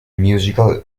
musical